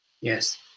Yes